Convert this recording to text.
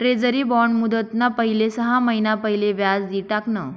treasury bond मुदतना पहिले सहा महिना पहिले व्याज दि टाकण